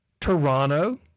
Toronto